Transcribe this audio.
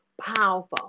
powerful